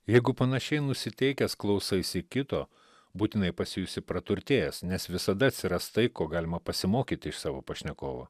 jeigu panašiai nusiteikęs klausaisi kito būtinai pasijusi praturtėjęs nes visada atsiras tai ko galima pasimokyti iš savo pašnekovą